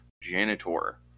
janitor